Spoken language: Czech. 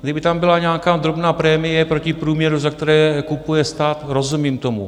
Kdyby tam byla nějaká drobná prémie proti průměru, za které kupuje stát, rozumím tomu.